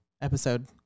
episode